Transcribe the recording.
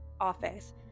office